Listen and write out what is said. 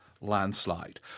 landslide